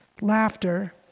laughter